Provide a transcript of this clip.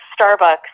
Starbucks